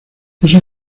esa